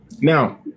Now